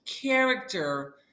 character